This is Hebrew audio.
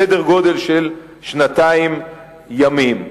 סדר-גודל של שנתיים ימים.